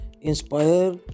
Inspire